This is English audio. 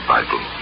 Bible